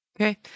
Okay